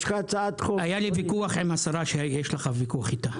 יש לך הצעת חוק --- היה לי ויכוח עם השרה שיש לך ויכוח איתה.